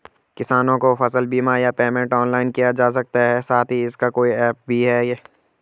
किसानों को फसल बीमा या पेमेंट ऑनलाइन किया जा सकता है साथ ही इसका कोई ऐप भी है?